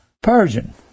Persian